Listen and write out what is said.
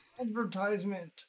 Advertisement